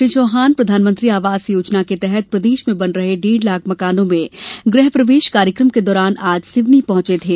श्री चौहान प्रधानमंत्री आवास योजना के तहत प्रदेश में बने डेढ़ लाख मकानों में गृह प्रवेश कार्यक्रम के दौरान आज सिवनी पहुंचे थे